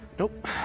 Nope